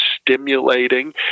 stimulating